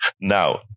Now